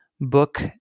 book